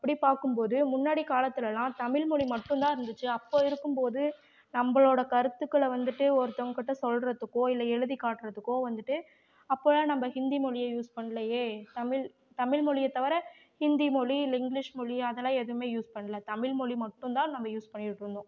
அப்படி பார்க்கும்போது முன்னாடி காலத்திலெலாம் தமிழ்மொழி மட்டும்தான் இருந்துச்சு அப்போது இருக்கும் போது நம்பளோடய கருத்துக்களை வந்துட்டு ஒருத்தவங்கக்கிட்ட சொல்றதுக்கோ இல்லை எழுதி காட்டுறதுக்கோ வந்துட்டு அப்போலாம் நம்ப ஹிந்தி மொழியை யூஸ் பண்ணுலயே தமிழ் தமிழ்மொழியை தவிர ஹிந்தி மொழி இல்லை இங்கிலிஷ் மொழி அதெல்லாம் எதுவுமே யூஸ் பண்ணலை தமிழ்மொழி மட்டும்தான் நம்ப யூஸ் பண்ணிகிட்டிருந்தோம்